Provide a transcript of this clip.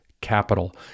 capital